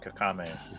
Kakame